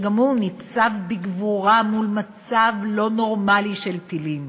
שגם הוא ניצב בגבורה מול מצב לא נורמלי של טילים.